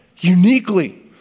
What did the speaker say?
uniquely